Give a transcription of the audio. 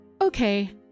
Okay